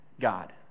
God